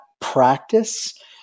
practice